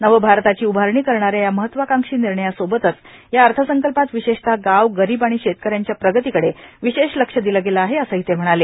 नवभारताची उभारणी करणाऱ्या या महत्त्वाकांक्षी निर्णयासोबतच या अर्थसंकल्पात विशेषत गाव गरीब आणि शेतकऱ्यांच्या प्रगतीकडे विशेष लक्ष दिले गेले आहे असंही ते म्हणाले